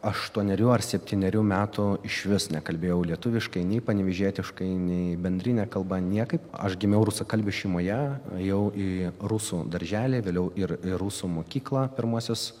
aštuonerių ar septynerių metų išvis nekalbėjau lietuviškai nei panevėžietiškai nei bendrine kalba niekaip aš gimiau rusakalbių šeimoje ėjau į rusų darželį vėliau ir rusų mokyklą pirmuosius